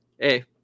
Hey